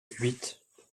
huit